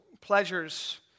pleasures